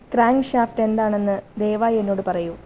crankshaft എന്താണെന്ന് ദയവായി എന്നോട് പറയൂ